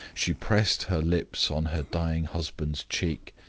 she pressed her lips on her dying husband's cheek,